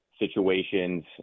situations